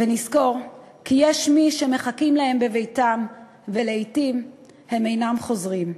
נזכור כי יש מי שמחכים להם בביתם ולעתים הם אינם חוזרים.